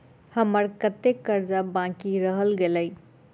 हम्मर कत्तेक कर्जा बाकी रहल गेलइ?